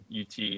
UT